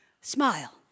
Smile